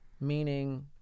meaning